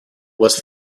was